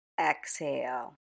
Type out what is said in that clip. exhale